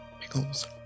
Pickles